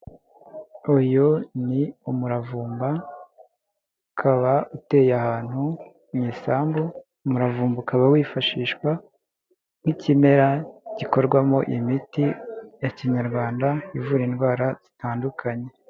Uyu ni umuravumba ukaba uteye ahantu mu isambu, umuravumba ukaba wifashishwa nk'ikimera gikorwamo imiti ya kinyarwanda ivura indwara zitandukanye.